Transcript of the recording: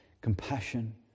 compassion